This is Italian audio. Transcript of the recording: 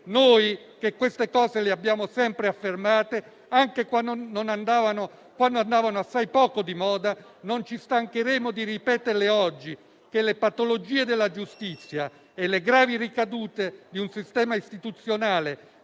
Noi che queste cose le abbiamo sempre affermate, anche quando andavano assai poco di moda, non ci stancheremo di ripeterle oggi che le patologie della giustizia, e le gravi ricadute di un sistema istituzionale